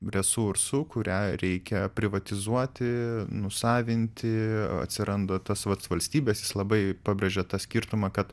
resursu kurią reikia privatizuoti nusavinti atsiranda tas vat valstybės jis labai pabrėžia tą skirtumą kad